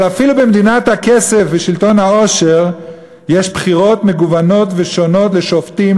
אבל אפילו במדינת הכסף ושלטון העושר יש בחירות מגוונות ושונות לשופטים,